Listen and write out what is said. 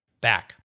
back